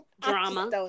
Drama